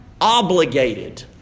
obligated